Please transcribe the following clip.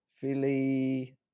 Philly